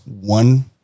one